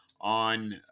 on